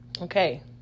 Okay